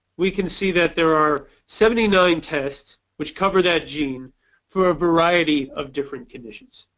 we can see that there are seventy nine tests which cover that gene for a variety of different conditions.